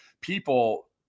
people